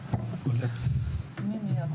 זה נכון שגם קשה מאוד